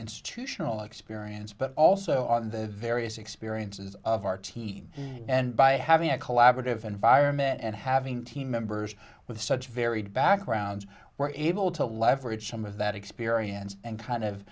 institutional experience but also on the various experiences of our team and by having a collaborative environment and having team members with such varied backgrounds we're able to leverage some of that experience and kind of